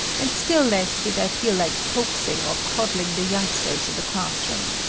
and still less did i feel like coaxing or coddling the youngsters in the class room.